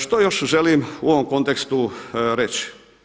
Što još želim u ovom kontekstu reći.